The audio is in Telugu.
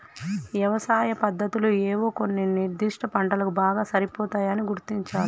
యవసాయ పద్దతులు ఏవో కొన్ని నిర్ధిష్ట పంటలకు బాగా సరిపోతాయని గుర్తించాలి